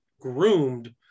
groomed